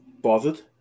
bothered